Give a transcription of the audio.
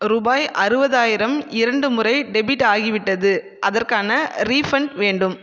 ரூபாய் அறுபதாயிரம் இரண்டு முறை டெபிட் ஆகிவிட்டது அதற்கான ரீஃபண்ட் வேண்டும்